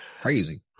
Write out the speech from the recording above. Crazy